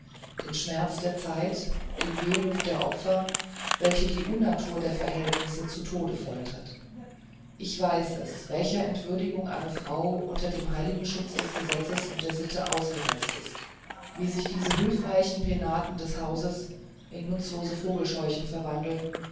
den schmerz der zeit den wehruf der opfer welche die unnatur der verhältnisse zu tode foltert ich weiß es welcher entwürdigung eine frau unter dem heiligen schutze des gesetzes und der sitte ausgesetzt ist wie sich diese hülfreichen penaten des hauses in nutzlose vogelscheuchen verwandeln